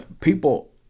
People